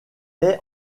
est